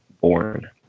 born